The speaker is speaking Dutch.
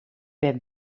ben